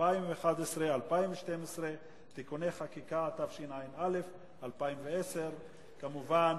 2011 ו-2012 (תיקוני חקיקה), התשע"א 2010, כמובן